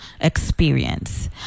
experience